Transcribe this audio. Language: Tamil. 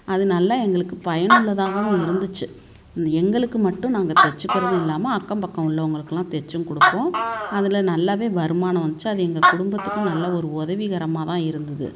அது நல்லா எங்களுக்குப் பயனுள்ளதாகவும் இருந்துச்சு எங்களுக்கு மட்டும் நாங்கள் தைச்சுக்கிறது இல்லாமல் அக்கம் பக்கம் உள்ளவங்களுக்கெல்லாம் தைச்சும் கொடுப்போம் அதில் நல்லா வருமானம் வந்துச்சு அது எங்கள் குடும்பத்துக்கும் நல்ல ஒரு உதவிகரமா தான் இருந்தது